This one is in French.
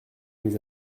nous